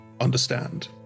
understand